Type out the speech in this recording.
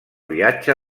viatge